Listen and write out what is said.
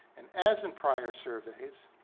and as in prior surveys